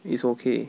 is okay